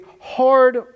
hard